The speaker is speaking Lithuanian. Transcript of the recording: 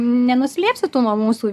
nenuslėpsi tu nuo mūsų